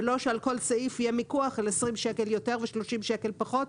ולא שעל כל סעיף יהיה מיקוח על 20 שקל יותר ו-30 שקל פחות,